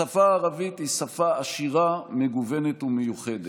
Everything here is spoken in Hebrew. השפה הערבית היא שפה עשירה, מגוונת ומיוחדת.